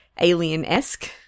Alien-esque